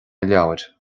leabhair